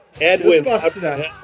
Edwin